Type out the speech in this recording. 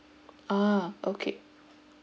ah okay